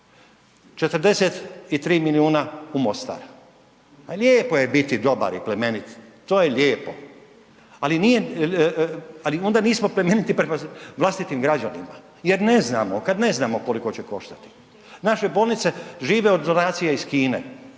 43 milijuna u Mostar, pa lijepo je biti dobar i plemenit to je lijepo, ali onda nismo plemeniti prema vlastitim građanima jer ne znamo kada ne znamo koliko će koštati. Naše bolnice žive od donacije iz Kine,